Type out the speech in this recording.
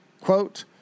Quote